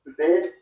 today